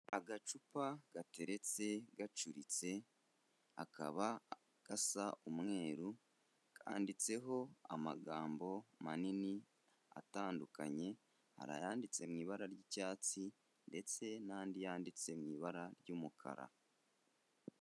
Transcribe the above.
Agacupa gateretse gacuritse, akaba gasa umweru, kandiditseho amagambo manini atandukanye, hari ayanditse mu ibara ry'icyatsi ndetse n'andi yanditse mu ibara ry'umukara.